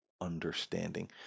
understanding